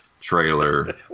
trailer